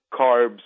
carbs